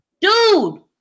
Dude